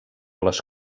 les